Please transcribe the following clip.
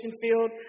field